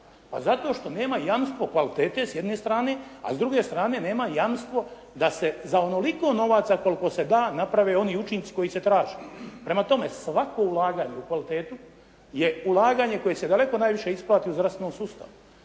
Pa zato što nema jamstvo kvalitete s jedne strane, a s druge strane nema jamstvo da se za onoliko novaca koliko se da naprave oni učinci koji se traže. Prema tome, svako ulaganje u kvalitetu je ulaganje koje se daleko najviše isplati u zdravstvenom sustavu.